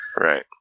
Right